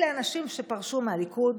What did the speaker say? אלה אנשים שפרשו מהליכוד,